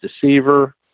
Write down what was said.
deceiver